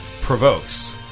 provokes